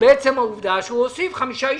בעצם העובדה שהוא הוסיף חמישה יישובים,